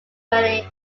many